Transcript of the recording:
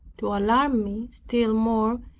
to alarm me still more,